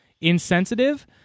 insensitive